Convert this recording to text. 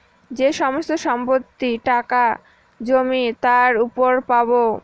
যে সমস্ত সম্পত্তি, টাকা, জমি তার উপর পাবো